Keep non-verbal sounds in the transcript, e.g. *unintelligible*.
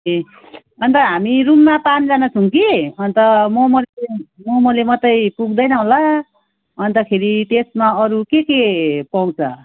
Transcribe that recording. ए अन्त हामी रुममा पाँचजना छौँ कि अन्त *unintelligible* मोमोले मात्रै पुग्दैन होला अन्तखेरि त्यसमा अरू के के पाउँछ